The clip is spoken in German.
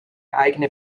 eigene